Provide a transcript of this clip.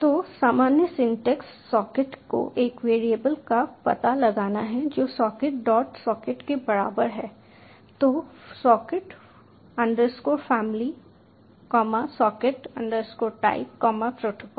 तो सामान्य syntax socket को एक वैरिएबल का पता लगाना है जो सॉकेट डॉट सॉकेट के बराबर है तो socket family socket type protocol